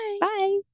Bye